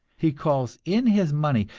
he calls in his money,